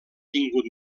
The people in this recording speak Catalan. tingut